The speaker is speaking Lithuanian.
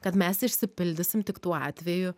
kad mes išsipildysim tik tuo atveju